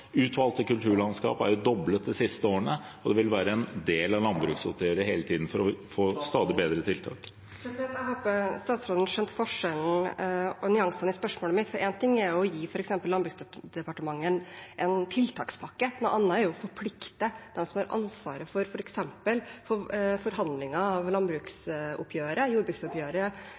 Utvalgte kulturlandskap er doblet de siste årene, og det vil hele tiden være en del av landbruksoppgjøret for å få til stadig bedre tiltak. Jeg håper statsråden skjønte forskjellen og nyansene i spørsmålet mitt. Én ting er å gi f.eks. Landbruksdepartementet en tiltakspakke. Noe annet er å forplikte dem som har ansvar for f.eks. forhandlinger om jordbruksoppgjøret på vegne av